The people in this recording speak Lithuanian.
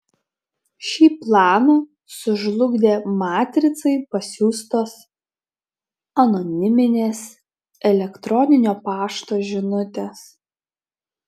šį planą sužlugdė matricai pasiųstos anoniminės elektroninio pašto žinutės